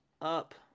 up